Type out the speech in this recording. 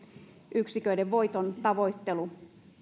yksiköiden voitontavoittelu